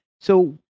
So-